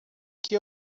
que